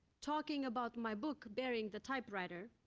talking about my book, burying the typewriter,